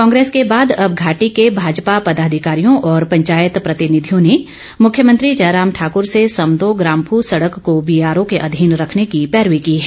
कांग्रेस के बाद अब घाटी के भाजपा पदाधिकारियों और पंचायत प्रतिनिधियों ने मुख्यमंत्री जयराम ठाकर से समदो ग्राम्फू सड़क को बीआरओ के अधीन रखने की पैरवी की है